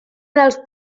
dels